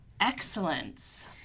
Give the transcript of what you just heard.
excellence